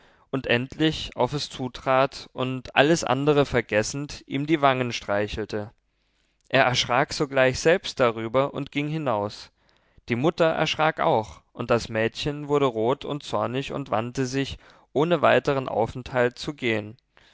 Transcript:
und endlich auf es zutrat und alles andere vergessend ihm die wangen streichelte er erschrak sogleich selbst darüber und ging hinaus die mutter erschrak auch und das mädchen wurde rot und zornig und wandte sich ohne weitern aufenthalt zu gehen